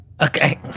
Okay